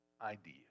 idea